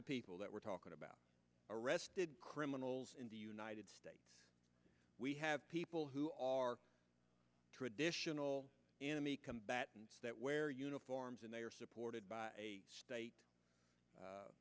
of people that we're talking about arrested criminals in the united states we have people who are traditional enemy combatants that wear uniforms and they are supported by a